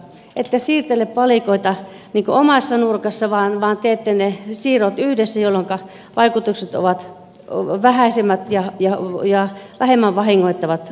ette siirtele palikoita omassa nurkassa vaan teette ne siirrot yhdessä jolloinka vaikutukset ovat vähäisemmät ja vähemmän vahingoittavat alueitten osalta